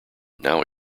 now